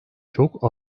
çok